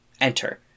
enter